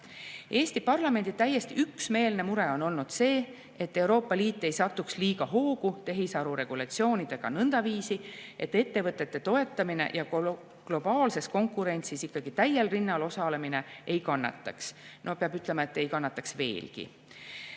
Eesti parlamendi täiesti üksmeelne mure on olnud see, et Euroopa Liit ei satuks liiga hoogu tehisaru regulatsioonidega nõndaviisi, et ettevõtete toetamine ja globaalses konkurentsis ikkagi täiel rinnal osalemine ei kannataks – no peab ütlema, et ei kannataks veelgi.